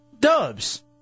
Dubs